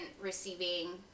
receiving